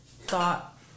thought